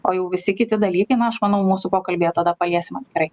o jau visi kiti dalykai na aš manau mūsų pokalbyje tada paliesim atskirai